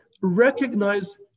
recognize